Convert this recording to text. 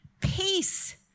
peace